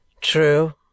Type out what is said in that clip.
True